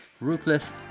Ruthless